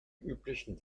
üblichen